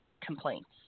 complaints